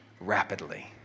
rapidly